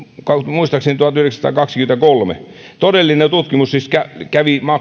muistaakseni tuhatyhdeksänsataakaksikymmentäkolme todellinen tutkimus siis kävi